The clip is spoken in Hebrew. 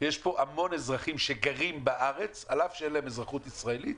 שיש פה המון אזרחים שגרים בארץ על אף שאין להם אזרחות ישראלית.